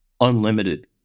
unlimited